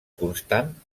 constant